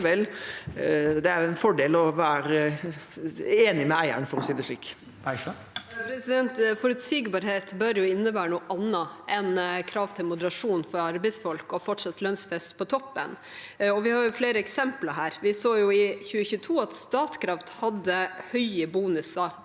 det slik. Kirsti Bergstø (SV) Forutsigbarhet bør innebære noe annet enn krav til moderasjon for arbeidsfolk og fortsatt lønnsfest på toppen. Vi har flere eksempler her. Vi så i 2022 at Statkraft hadde høye bonuser